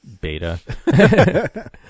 beta